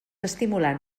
estimulants